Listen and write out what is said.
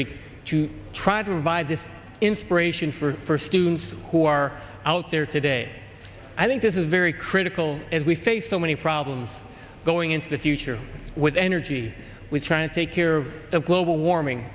week to try to revive this inspiration for students who are out there today i think this is very critical as we face so many problems going into the future with energy with trying to take care of global warming